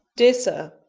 dear sir,